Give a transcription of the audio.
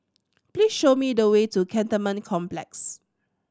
please show me the way to Cantonment Complex